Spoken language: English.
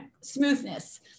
smoothness